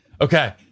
Okay